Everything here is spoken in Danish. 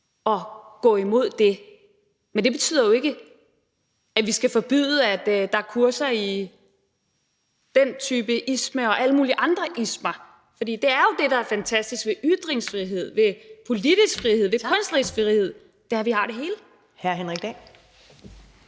at gå imod det, men det betyder jo ikke, at vi skal forbyde, at der er kurser i den type isme og alle mulige andre ismer. For det er jo det, der er fantastisk ved ytringsfrihed, ved politisk frihed, ved kunstnerisk frihed, altså at vi har det hele. Kl.